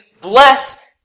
bless